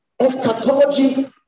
eschatology